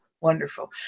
wonderful